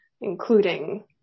including